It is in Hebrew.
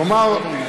כלומר,